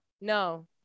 No